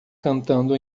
cantando